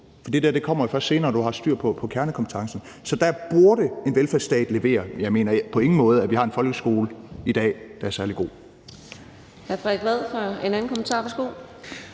for det kommer først senere, når de har styr på kernekompetencerne. Så der burde en velfærdsstat levere. Jeg mener på ingen måde, at vi har en folkeskole i dag, der er særlig god.